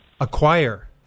acquire